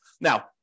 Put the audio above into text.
Now